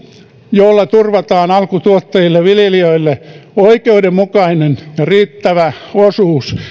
jolla turvataan alkutuottajille viljelijöille oikeudenmukainen ja riittävä osuus